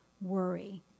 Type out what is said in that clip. worry